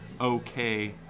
okay